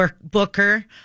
Booker